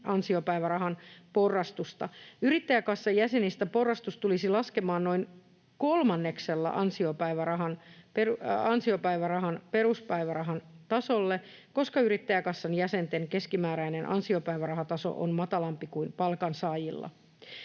ansiopäivärahan porrastusta. Yrittäjäkassan jäsenistä porrastus tulisi laskemaan noin kolmanneksella ansiopäivärahan peruspäivärahan tasolle, koska Yrittäjäkassan jäsenten keskimääräinen ansiopäivärahataso on matalampi kuin palkansaajilla.